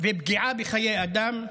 ופגיעה בחיי אדם,